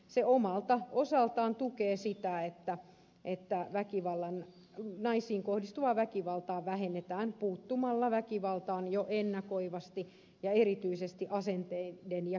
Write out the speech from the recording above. se omalta osaltaan tukee sitä että naisiin kohdistuvaa väkivaltaa vähennetään puuttumalla väkivaltaan jo ennakoivasti ja erityisesti asenteiden ja käyttäytymismallien pohjalta